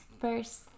first